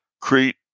Crete